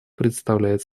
представляет